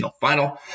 final